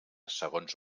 segons